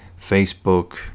Facebook